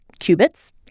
qubits